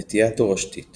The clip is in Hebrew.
נטייה תורשתית